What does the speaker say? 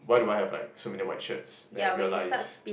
why do I have like so many white shirts then I realize